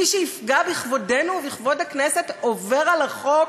מי שיפגע בכבודנו ובכבוד הכנסת עובר על החוק.